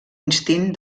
instint